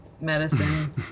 medicine